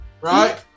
right